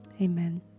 Amen